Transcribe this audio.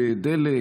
דלק,